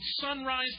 sunrise